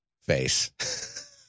face